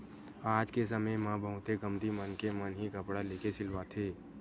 आज के समे म बहुते कमती मनखे मन ही कपड़ा लेके सिलवाथे